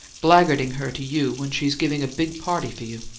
blackguarding her to you when she's giving a big party for you!